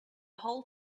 whole